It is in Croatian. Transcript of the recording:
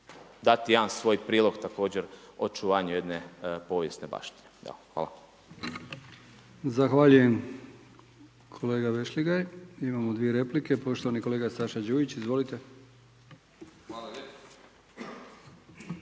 dati jedan svoj prilog također očuvanju jedne povijesne baštine. Evo, hvala. **Brkić, Milijan (HDZ)** Zahvaljujem kolega Vešligaj. Imamo dvije replike. Poštovani kolega Saša Đujić. Izvolite.